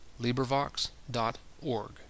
LibriVox.org